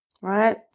right